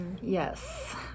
Yes